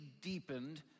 deepened